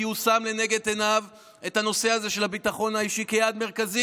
כי הוא שם לנגד עיניו את הנושא הזה של הביטחון האישי כיעד מרכזי,